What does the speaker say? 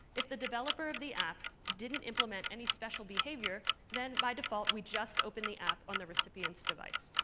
if the developer of the app didn't implement any special behavior, then by default we just open the app on the recipient's device.